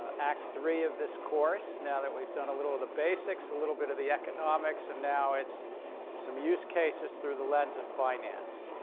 ah act three of this course. now that we've done a little of the basics, a little bit of the economics, and now it's some use cases through the lens of finance.